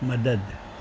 मददु